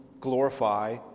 glorify